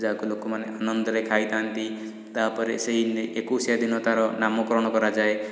ଯାହାକୁ ଲୋକମାନେ ଆନନ୍ଦରେ ଖାଇଥାନ୍ତି ତା'ପରେ ସେଇ ଏକୋଇଶିଆ ଦିନ ତାର ନାମକରଣ କରାଯାଏ